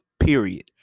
period